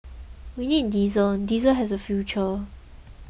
we need diesel diesel has a future